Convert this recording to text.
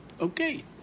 okay